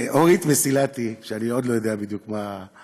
ואורית מסילתי, שאני עוד לא יודע בדיוק מה הרקע.